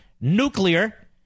nuclear